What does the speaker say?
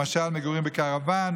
למשל מגורים בקרוון,